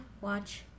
watch